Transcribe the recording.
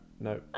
no